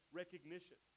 recognition